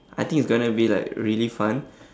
I think it's gonna be like really fun